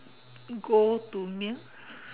go to meal